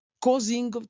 causing